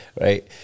right